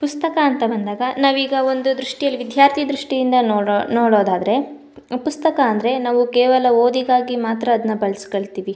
ಪುಸ್ತಕ ಅಂತ ಬಂದಾಗ ನಾವೀಗ ಒಂದು ದೃಷ್ಟಿಯಲ್ಲಿ ವಿದ್ಯಾರ್ಥಿ ದೃಷ್ಟಿಯಿಂದ ನೋಡೊ ನೋಡೋದಾದರೆ ಪುಸ್ತಕ ಅಂದರೆ ನಾವು ಕೇವಲ ಓದಿಗಾಗಿ ಮಾತ್ರ ಅದನ್ನ ಬಳ್ಸ್ಕೊಳ್ತಿವಿ